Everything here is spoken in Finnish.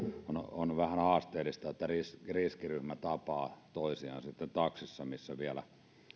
on vähän haasteellista että riskiryhmä tapaa toistaan taksissa missä